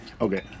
okay